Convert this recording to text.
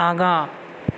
आगाँ